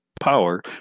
power